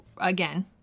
again